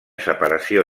separació